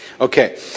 Okay